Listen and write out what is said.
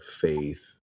faith